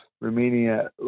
Romania